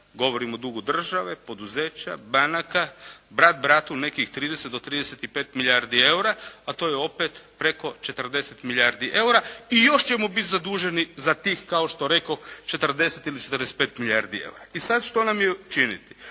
Govorim o dugu države, poduzeća, banaka, brat bratu nekih 30 do 35 milijardi EUR-a a to je opet preko 40 milijardi EUR-a i još ćemo biti zaduženi za tih kao što rekoh 40 ili 45 milijardi EUR-a. I sad što nam je činiti?